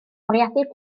bwriadu